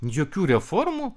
jokių reformų